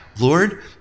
Lord